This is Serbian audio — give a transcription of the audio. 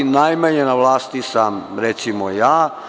Najmanje na vlasti sam, recimo, ja.